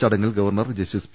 ചടങ്ങിൽ governor justice P